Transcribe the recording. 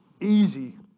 easy